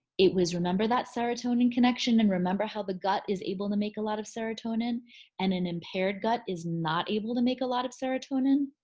it was remember that serotonin connection and remember how the gut is able to make a lot of serotonin and an impaired gut is not able to make a lot of serotonin?